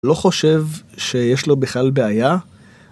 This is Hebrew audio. ‫לא חושב שיש לו בכלל בעיה.